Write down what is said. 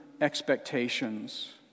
expectations